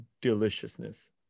deliciousness